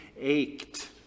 ached